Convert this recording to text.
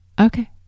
Okay